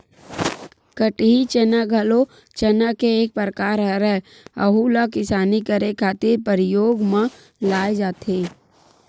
कटही चना घलो चना के एक परकार हरय, अहूँ ला किसानी करे खातिर परियोग म लाये जाथे